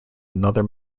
another